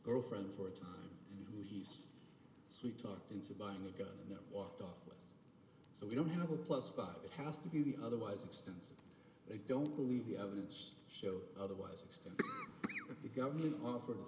girlfriend for a time as we talked into buying a gun that walked off so we don't have a plus five it has to be the otherwise extends they don't believe the evidence shows otherwise extend the government offer th